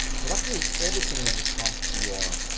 so that's really everything when it comes to your